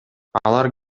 алар